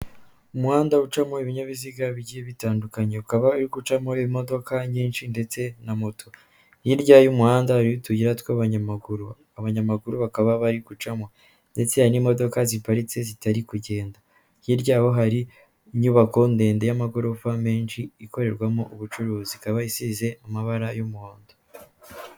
Umuhanda ucamo ibinyabiziga bigiye bitandukanye. Ukaba uri gucamo imodoka nyinshi ndetse na moto. Hirya y'umuhanda hariho utuyira tw'abanyamaguru, abanyamaguru bakaba bari gucamo ndetse hari n'imodoka ziparitse zitari kugenda. Hirya y'aho hari inyubako ndende y'amagorofa menshi ikorerwamo ubucuruzi, ikaba isize amabara y'umuhondo.